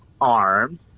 arms